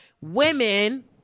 women